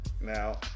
Now